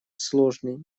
сложный